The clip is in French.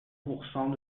pourcent